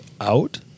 out